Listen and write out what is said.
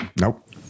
Nope